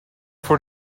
for